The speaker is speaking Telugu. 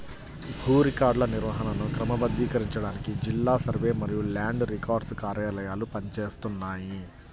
భూ రికార్డుల నిర్వహణను క్రమబద్ధీకరించడానికి జిల్లా సర్వే మరియు ల్యాండ్ రికార్డ్స్ కార్యాలయాలు పని చేస్తున్నాయి